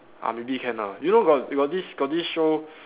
ah maybe can ah you know got they got this got this show